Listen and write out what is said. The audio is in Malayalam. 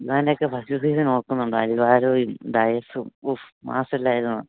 ഇവാൻ്റെയൊക്കെ ഫസ്റ്റ് സീസൺ ഓർക്കുന്നുണ്ടോ ഇവാരോയും ഡയസും ഓഹ് മാസ് അല്ലായിരുന്നോ